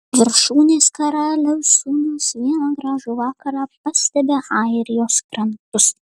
viršūnės karaliaus sūnus vieną gražų vakarą pastebi airijos krantus